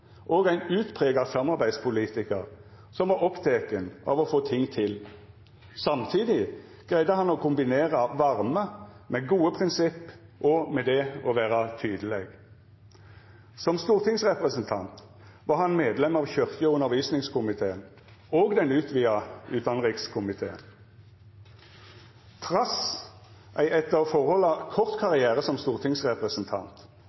og ein utprega samarbeidspolitikar som var oppteken av å få ting til. Samtidig greidde han å kombinera varme med gode prinsipp og med det å vera tydeleg. Som stortingsrepresentant var han medlem av kyrkje- og undervisningskomiteen og den utvida utanrikskomiteen. Trass ei etter forholda kort